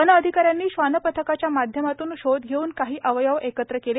one अधिकाऱ्यांनी श्वान पथकाच्या माध्यमातून शोध घेऊन काही अवयव एकत्र केले